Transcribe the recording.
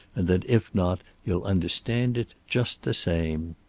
and that if not, you'll understand it just the same.